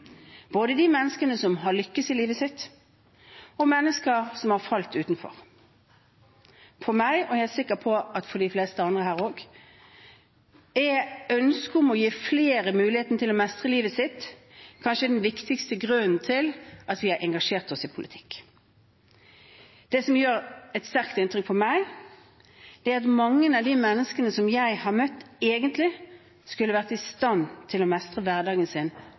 både de menneskene som har lykkes i livet sitt, og mennesker som har falt utenfor. For meg – og jeg er sikker på at for de fleste andre her også – er ønsket om å gi flere muligheten til å mestre livet sitt kanskje den viktigste grunnen til at vi har engasjert oss i politikk. Det som gjør et sterkt inntrykk på meg, er at mange av de menneskene som jeg har møtt, egentlig skulle vært i stand til å mestre hverdagen sin